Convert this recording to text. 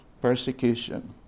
persecution